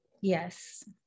Yes